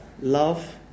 love